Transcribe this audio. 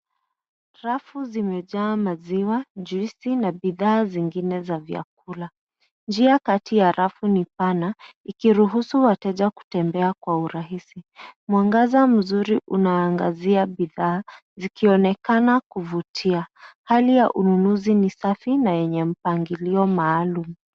Rafu zimejaa maziwa, juisi na bidhaa zingine za vyakula. Njia kati ya rafu ni pana ikiruhusu wateja kutembea kwa urahisi. Mwangaza mzuri unaangazia bidhaa zikionekana kuvutia. Hali ya ununuzi ni safi na yenye mpangilio maalum.